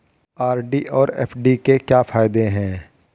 RD और FD के क्या फायदे हैं?